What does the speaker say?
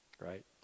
right